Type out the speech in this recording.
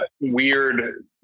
weird